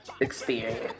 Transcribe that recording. experience